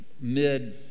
mid